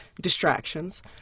distractions